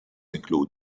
include